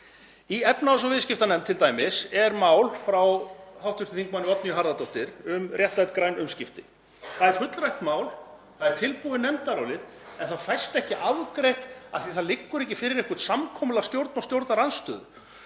Í efnahags- og viðskiptanefnd t.d. er mál frá hv. þm. Oddnýju Harðardóttur um réttlæt græn umskipti. Það er fullrætt mál, það er tilbúið nefndarálit en það fæst ekki afgreitt af því að það liggur ekki fyrir eitthvert samkomulag stjórnar og stjórnarandstöðu.